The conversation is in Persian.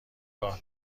راه